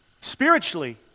spiritually